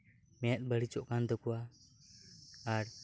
ᱢᱮᱸᱫ ᱵᱟᱹᱲᱤᱡᱚᱜ ᱠᱟᱱ ᱛᱟᱠᱚᱣᱟ ᱟᱨ